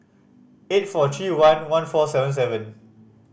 eight four three one one four seven seven